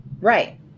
right